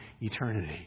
eternity